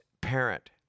parent